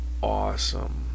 awesome